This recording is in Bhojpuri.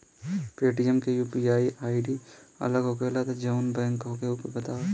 पेटीएम के यू.पी.आई आई.डी अलग होखेला की जाऊन बैंक के बा उहे होखेला?